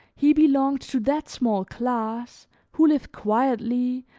he belonged to that small class who live quietly,